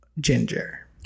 ginger